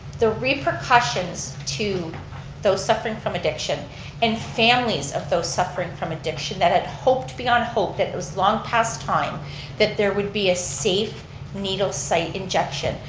the repercussions to those suffering from addiction and families of those suffering from addiction that had hoped beyond hope that was long past time that there would be a safe needle site injection,